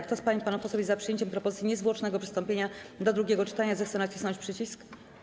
Kto z pań i panów posłów jest za przyjęciem propozycji niezwłocznego przystąpienia do drugiego czytania, zechce nacisnąć przycisk.